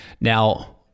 now